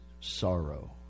Sorrow